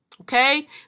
okay